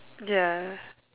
ya